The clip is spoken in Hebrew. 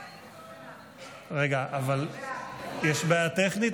רגע, יש בעיה טכנית?